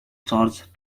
church